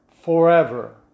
forever